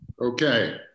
Okay